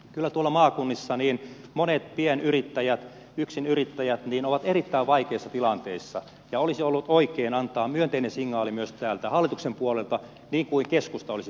kyllä tuolla maakunnissa monet pienyrittäjät yksinyrittäjät ovat erittäin vaikeissa tilanteissa ja olisi ollut oikein antaa myönteinen signaali myös täältä hallituksen puolelta niin kuin keskusta olisi halunnut antaa